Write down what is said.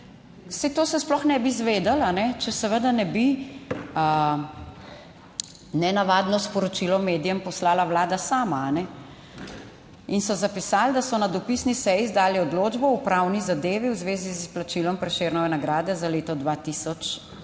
to se sploh ne bi izvedelo, če seveda ne bi nenavadno sporočilo medijem poslala vlada sama. In so zapisali, da so na dopisni seji izdali odločbo o upravni zadevi v zvezi z izplačilom Prešernove nagrade za leto 2000